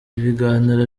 ibiganiro